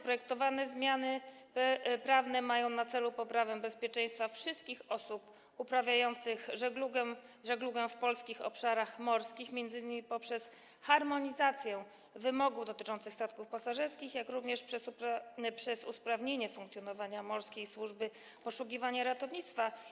Projektowane zmiany prawne mają na celu poprawę bezpieczeństwa wszystkich osób uprawiających żeglugę na polskich obszarach morskich, m.in. poprzez harmonizację wymogów dotyczących statków pasażerskich jak również przez usprawnienie funkcjonowania Morskiej Służby Poszukiwania i Ratownictwa.